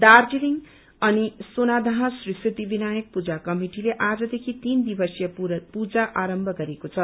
दार्जीलिङ अनि सुनादह श्री सिछी विनायक पूजा कमिटिले आजदेखि तीन दिवसीय पूजा आरम्म गरेको छ